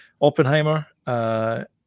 Oppenheimer